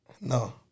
No